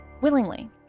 willingly